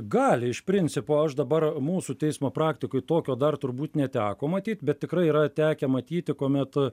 gali iš principo aš dabar mūsų teismo praktikoj tokio dar turbūt neteko matyt bet tikrai yra tekę matyti kuo met